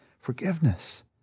forgiveness